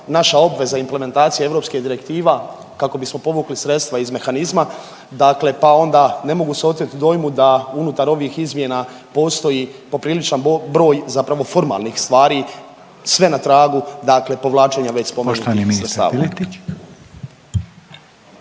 naša obveza implementacije europskih direktiva kako bismo povukli sredstva iz mehanizma, dakle pa onda ne mogu se oteti dojmu da unutar ovih izmjena postoji popriličan broj zapravo formalnih stvari sve na tragu dakle povlačenja već spomenutih